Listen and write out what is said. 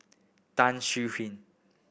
Tan Swie Hian